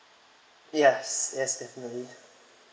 yes yes definitely